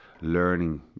learning